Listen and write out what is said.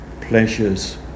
pleasures